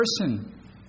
person